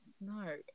no